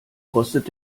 kostet